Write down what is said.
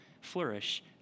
flourish